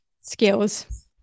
skills